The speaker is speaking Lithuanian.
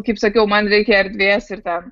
kaip sakiau man reikia erdvės ir ten